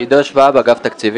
אני עידו שוואב, אגף התקציבים.